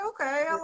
Okay